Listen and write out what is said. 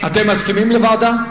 אתם מסכימים לוועדה?